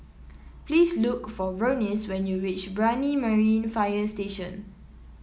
please look for Vernice when you reach Brani Marine Fire Station